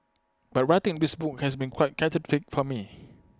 but writing this book has been quite cathartic for me